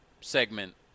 segment